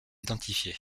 identifié